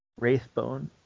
Wraithbone